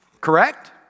Correct